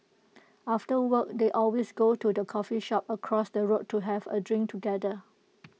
after work they always go to the coffee shop across the road to have A drink together